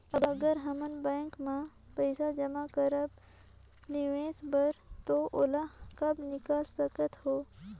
अगर हमन बैंक म पइसा जमा करब निवेश बर तो ओला कब निकाल सकत हो?